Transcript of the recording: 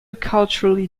culturally